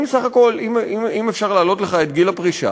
אם אפשר להעלות לך את גיל הפרישה,